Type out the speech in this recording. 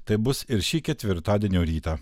taip bus ir šį ketvirtadienio rytą